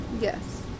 Yes